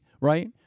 right